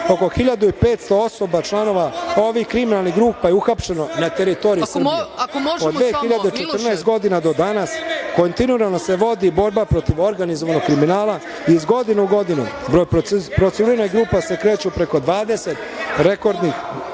Oko 1.500 članova ovih kriminalnih grupa je uhapšeno na teritoriji Srbije. Od 2014. godine do danas kontinuirano se vodi borba protiv organizovanog kriminala i iz godine u godinu broj procesuiranih grupe se kreću preko 20 rekordnih